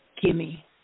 gimme